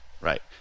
Right